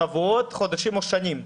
שבועות, חודשים או שנים?